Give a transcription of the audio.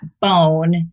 bone